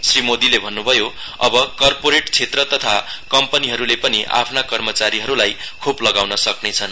श्री मोदीले भन्न्भयो अव कर्पोरेट क्षेत्र तथा कम्पनीहरूले पनि आफ्ना कर्मचारीहरूलाई खोप लगाउन सक्नेछन्